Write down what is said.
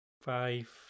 five